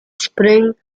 spring